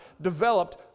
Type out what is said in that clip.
developed